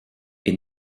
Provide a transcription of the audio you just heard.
est